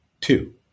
Two